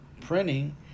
printing